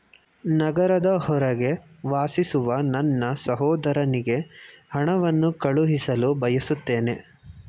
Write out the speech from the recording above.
ನಗರದ ಹೊರಗೆ ವಾಸಿಸುವ ನನ್ನ ಸಹೋದರನಿಗೆ ಹಣವನ್ನು ಕಳುಹಿಸಲು ಬಯಸುತ್ತೇನೆ